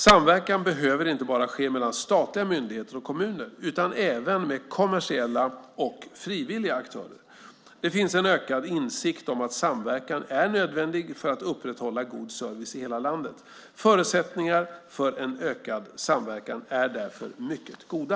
Samverkan behöver inte bara ske mellan statliga myndigheter och kommuner, utan även med kommersiella och frivilliga aktörer. Det finns en ökad insikt om att samverkan är nödvändig för att upprätthålla god service i hela landet. Förutsättningarna för en ökad samverkan är därför mycket goda.